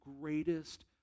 greatest